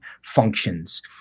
functions